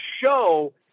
show